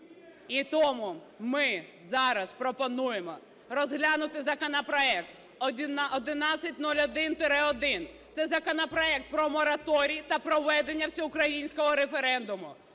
І тому ми зараз пропонуємо розглянути законопроект 1101-1, це законопроект про мораторій та проведення Всеукраїнського референдуму.